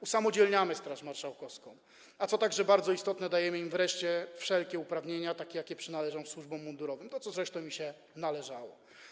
Usamodzielniamy Straż Marszałkowską, a co także bardzo istotne, dajemy im wreszcie wszelkie uprawnienia, jakie przynależą służbom mundurowym, co zresztą im się należało.